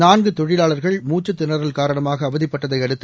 நான்கு தொழிலாளர்கள் மூச்சுத் திணறல் காரணமாக அவதிப்பட்டதை அடுத்து